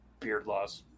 beardlaws